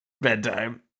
bedtime